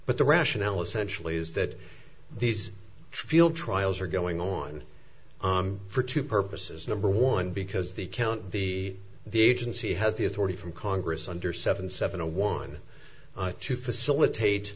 but the rationale essentially is that these field trials are going on for two purposes number one because the count the the agency has the authority from congress under seven seven a one to facilitate